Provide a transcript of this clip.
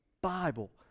Bible